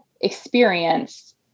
experience